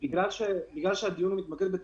בגלל שהדיון מתמקד בתרבות,